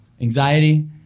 Anxiety